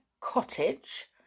cottage